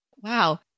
Wow